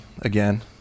again